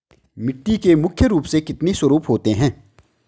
मिट्टी के मुख्य रूप से कितने स्वरूप होते हैं?